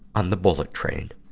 on the bullet train.